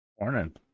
Morning